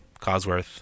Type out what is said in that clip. Cosworth-